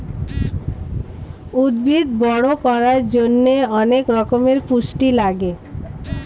উদ্ভিদ বড় করার জন্যে অনেক রকমের পুষ্টি লাগে